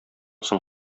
соң